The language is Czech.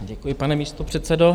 Děkuji, pane místopředsedo.